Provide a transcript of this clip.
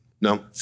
no